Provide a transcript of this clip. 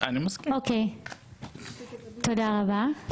תודה רבה.